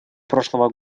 прошлого